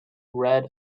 red